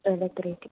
ആ ഡെക്കറേറ്റ്